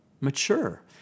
mature